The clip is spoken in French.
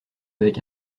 avec